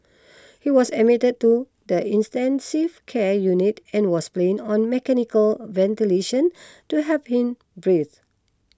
he was admitted to the intensive care unit and was plan on mechanical ventilation to help him breathe